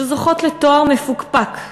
שזוכות לתואר מפוקפק,